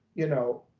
you know,